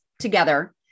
together